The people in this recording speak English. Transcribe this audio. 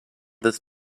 this